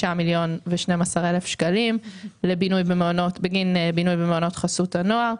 5,012,000 שקלים בגין בינוי במעונות חסות הנוער.